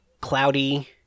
cloudy